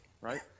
Right